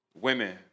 women